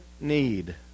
need